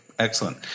Excellent